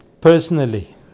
Personally